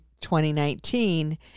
2019